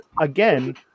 again